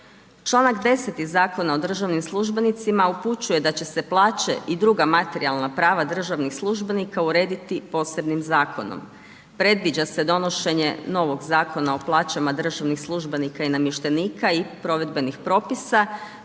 Članak 10. Zakona o državnim službenicima upućuje da će se plaće i druga materijalna prava državnih službenika urediti posebnim zakonom. Predviđa se donošenje novog Zakona o plaćama državnih službenika i namještenika i provedbenih propisa,